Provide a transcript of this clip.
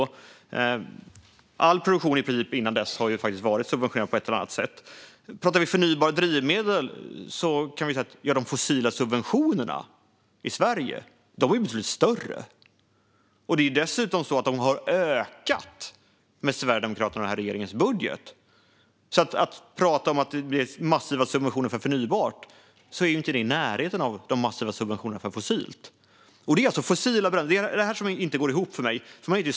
I princip all produktion innan dess har faktiskt varit subventionerad på ett eller annat sätt. Pratar vi förnybara drivmedel kan vi säga att de fossila subventionerna i Sverige har varit betydligt större, och de har dessutom ökat med Sverigedemokraternas och den här regeringens budget. Om man pratar om "massiva subventioner" av förnybart är de ändå inte i närheten av de massiva subventionerna för fossilt. Det är detta som inte går ihop för mig.